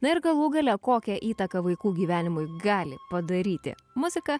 na ir galų gale kokią įtaką vaikų gyvenimui gali padaryti muzika